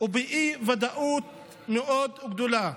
ובאי-ודאות מאוד גדולה.